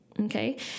okay